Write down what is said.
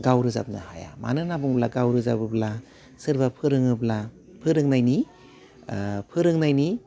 गाव रोजाबनो हाया मानोना बुंब्ला गाव रोजाबोब्ला सोरबा फोरोङोब्ला फोरोंनायनि ओह फोरोंनायनि